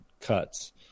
cuts